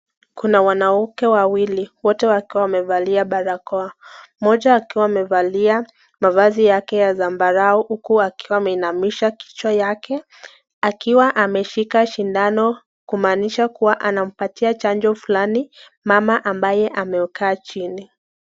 Kuna wanawake wawili wote wakiwa wamevalia barakoa mmoja kaiwa amevalia mavazi yake ya zambarau huku akiwa ameinamisha kichwa yake akiwa ameshika sindano kumaanisha kuwa anampatia chanjo fulani mama ambaye amekaa chini.